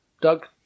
Doug